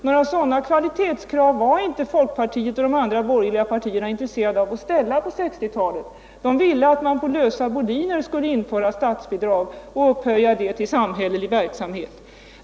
Några sådana kvalitetskrav var inte folkpartiet och de andra borgerliga partierna intresserade av att ställa på 1960-talet. De ville att man på lösa boliner skulle införa statsbidrag och upphöja familjedaghemmen till sam hällelig verksamhet.